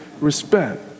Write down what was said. respect